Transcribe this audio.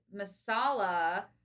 Masala